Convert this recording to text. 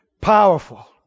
Powerful